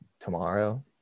tomorrow